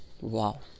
Wow